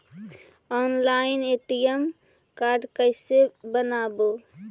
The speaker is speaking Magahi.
ऑनलाइन ए.टी.एम कार्ड कैसे बनाबौ?